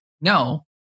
No